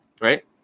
right